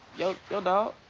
yo yo, dog,